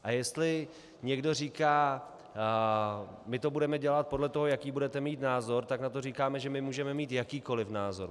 A jestli někdo říká, my to budeme dělat podle toho, jaký budete mít názor, tak na to říkáme, že my můžeme mít jakýkoliv názor.